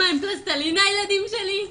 מה, הם פלסטלינה הילדים שלי?